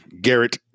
Garrett